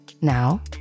Now